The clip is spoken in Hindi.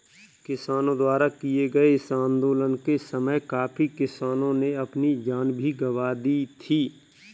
किसानों द्वारा किए गए इस आंदोलन के समय काफी किसानों ने अपनी जान भी गंवा दी थी